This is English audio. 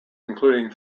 including